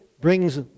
brings